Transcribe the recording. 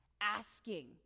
asking